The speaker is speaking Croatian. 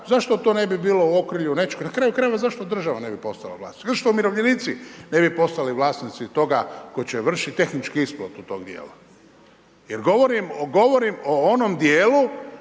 zašto to ne bi bilo u okrilju nečega. Na kraju krajeva zašto država ne bi postala vlasnik? Zašto umirovljenici ne bi postali vlasnici toga tko će vršiti tehnički isplatu tog dijela? Jer govorim o onim dijelu